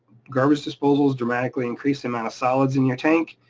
garbage disposals dramatically increase the amount of solids in your tank.